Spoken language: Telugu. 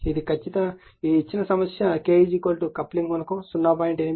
ఇది ఇచ్చిన సమస్య K కప్లింగ్ గుణకం 0